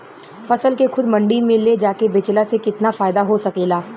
फसल के खुद मंडी में ले जाके बेचला से कितना फायदा हो सकेला?